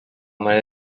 mare